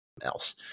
else